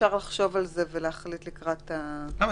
אפשר לחשוב על זה ולהחליט לקראת --- למה?